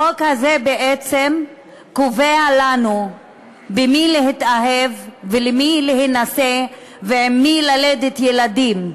החוק הזה בעצם קובע לנו במי להתאהב ולמי להינשא ועם מי ללדת ילדים.